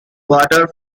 quarter